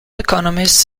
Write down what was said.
economists